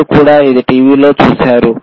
మీరు కూడా ఇది టీవీలో చూసారు